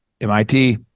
MIT